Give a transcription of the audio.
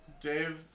Dave